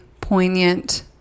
poignant